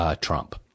Trump